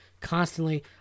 constantly